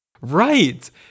right